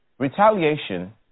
Retaliation